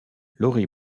lori